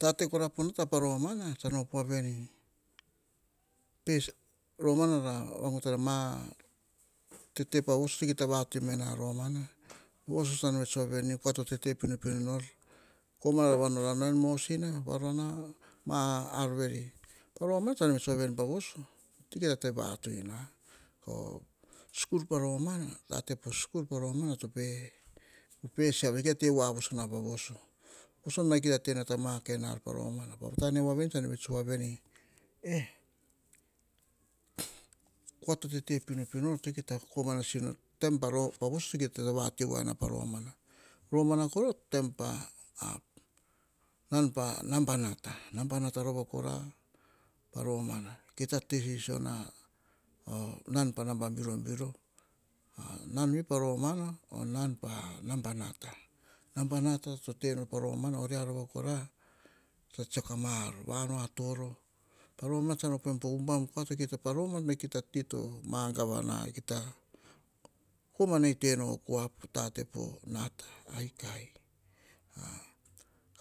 Tate kora pa nata, tsom op voa vene, romana nana vagutana, tetepavoso, kita vatoi mena romana. Voso tsan vets voa veni. Kua to tete pinopino nor komana rova nor a nao en mosina, varona ma ar vatoi noi po sku paromana tate po skul pa romana to pe siava ene. Kita te voa na pa voso. Voso to kita tena ta ma kain ar pairomama pa vata ne voa veni tsom vets voa veni e kua to te pinopino to kita komana sisio nor taim pa voso to kita vatoi mene o taim pa voso. Roman kora o taim oa, nam pa naba nata, naba nata rova kora pa romana. Kita sisio na o now pa naha birobiro o nom vi pa romana o now pa naba nata. Naba nata to te nor pa romana oria rova kora, tsa tsiako a mar ar ya nao a toro, pa romana tsam op ubam kua kita romana kita ti to mogavana kita, kita koma itoi o kua, po tate po nata a ikai,